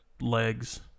legs